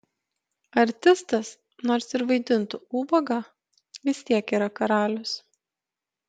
artistas nors ir vaidintų ubagą vis tiek yra karalius